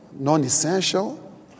Non-essential